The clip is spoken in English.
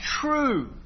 true